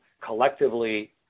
collectively